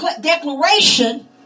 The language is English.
Declaration